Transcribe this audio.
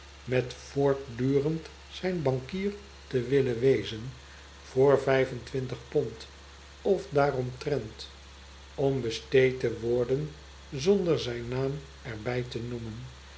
met voordurend zijn bankier te willen wezen voor vijf en twintig pond of daaromtrent om besteed te worden zonder zijn naam erbij te noemen